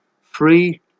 free